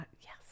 yes